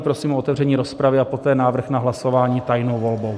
Prosím o otevření rozpravy a poté návrh na hlasování tajnou volbou.